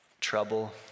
trouble